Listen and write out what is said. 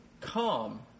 come